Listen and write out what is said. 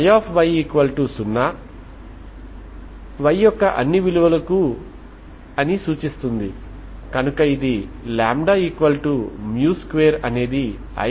మునుపటి సమస్యలో రెండు చివరలను సున్నా ఉష్ణోగ్రత వద్ద నిర్వహించబడినప్పుడు మీరు ఫోరియర్ సైన్ సిరీస్ ను ఉపయోగిస్తున్నారు కాబట్టి మీరు ఈ ఇన్సులేట్ సమస్యను ఇలా పరిష్కరిస్తారు